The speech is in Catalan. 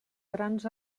grans